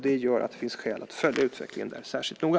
Det gör att det finns skäl att följa utvecklingen där särskilt noga.